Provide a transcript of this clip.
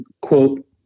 quote